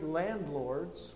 landlords